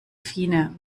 fine